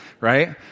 right